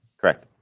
Correct